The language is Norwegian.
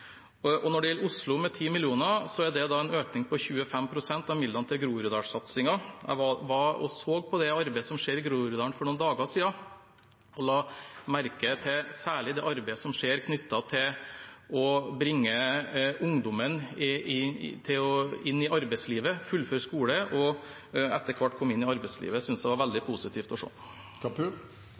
Når det gjelder Oslo, med 10 mill. kr, er det en økning på 25 pst. av midlene til Groruddalssatsingen. For noen dager siden var jeg og så på det arbeidet som skjer i Groruddalen, og la særlig merke til det arbeidet som skjer knyttet til å bringe ungdommen inn i arbeidslivet – fullføre skole og etter hvert komme inn i arbeidslivet. Det synes jeg var veldig positivt å